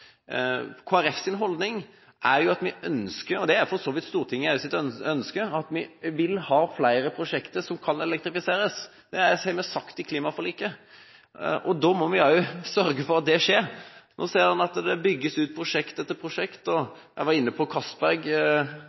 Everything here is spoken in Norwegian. holdning er at vi ønsker flere prosjekter som kan elektrifiseres. Det er for så vidt også Stortingets ønske. Det har vi sagt i klimaforliket. Da må vi sørge for at det skjer. Nå ser vi at prosjekt etter prosjekt bygges ut. Jeg var inne på